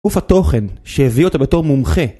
גוף התוכן שהביא אותה בתור מומחה